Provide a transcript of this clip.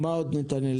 מה עוד, נתנאל?